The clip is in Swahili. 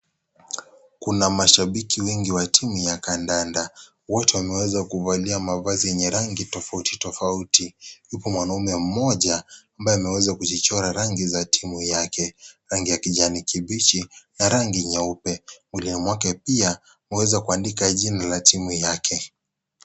Kuna mashabiki wengi wa timu ya kandanda. Wote wameweza kuvalia mavazi yenye rangi tofauti tofauti huku mwanaume mmoja ambaye ameweza kujichora rangi za timu yake, rangi ya kijani kibichi na rangi nyeupe. Mwilini mwake pia ameweza kuandika jina ya timu yake.